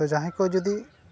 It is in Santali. ᱛᱳ ᱡᱟᱦᱟᱸᱭ ᱠᱚ ᱡᱩᱫᱤ